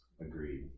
agreed